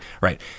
right